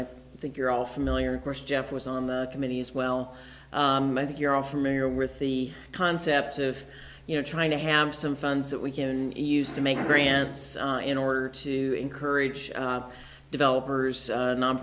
i think you're all familiar jeff was on the committee as well i think you're all familiar with the concept of you know trying to have some funds that we can use to make grants in order to encourage developers non